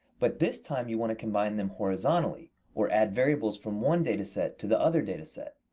but, this time you want to combine them horizontally, or add variables from one data set to the other data set.